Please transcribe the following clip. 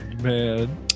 man